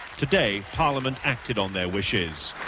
today, parliament acted on their wishes.